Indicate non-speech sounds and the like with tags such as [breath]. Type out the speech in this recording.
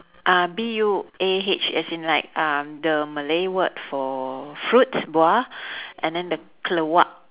uh B U A H as in like uh the malay word for fruit buah [breath] and then the keluak